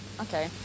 Okay